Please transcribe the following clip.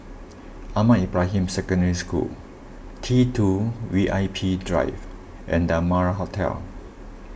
Ahmad Ibrahim Secondary School T two V I P Drive and the Amara Hotel